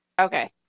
Okay